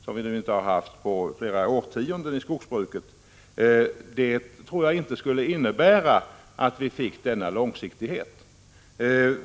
Det har inte funnits något lönsamhetskriterium i skogsbruket på flera årtionden, och att införa det i detta läge skulle inte innebära långsiktighet.